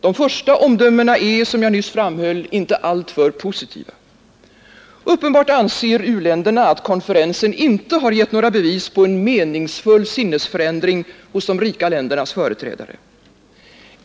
De första omdömena är, som jag nyss framhöll, inte alltför positiva. Uppenbart anser u-länderna att konferensen inte har gett några bevis på en meningsfull sinnesförändring hos de rika ländernas företrädare.